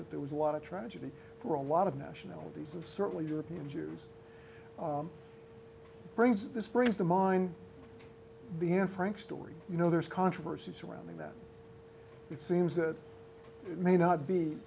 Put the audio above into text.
that there was a lot of tragedy for a lot of nationalities certainly european jews brings this brings to mind the end frank story you know there's controversy surrounding that it seems that may not be